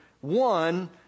one